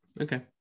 okay